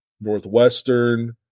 Northwestern